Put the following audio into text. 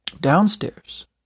Downstairs